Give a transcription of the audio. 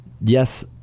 Yes